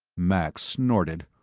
max snorted.